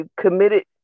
committed